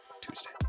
Tuesday